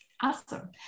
awesome